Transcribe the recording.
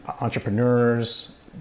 entrepreneurs